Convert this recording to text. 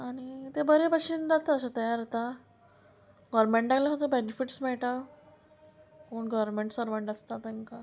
आनी तें बरे भाशेन जाता अशें तयार जाता गोरमेंटाक लागोन बेनिफिट्स मेळटा कोण गोरमेंट सर्वंट आसता तांकां